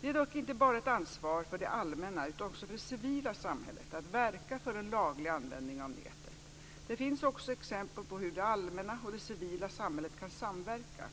Det är dock inte bara ett ansvar för det allmänna utan också för det civila samhället att verka för en laglig användning av nätet. Det finns också exempel på hur det allmänna och det civila samhället kan samverka.